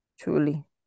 truly